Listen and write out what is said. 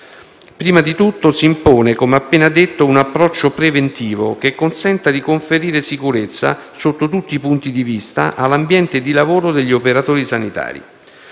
Prima di tutto, si impone, come appena detto, un approccio preventivo che consenta di conferire sicurezza, sotto tutti i punti di vista, all'ambiente di lavoro degli operatori sanitari.